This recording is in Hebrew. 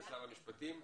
לשר המשפטים,